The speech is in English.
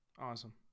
awesome